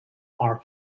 our